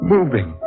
Moving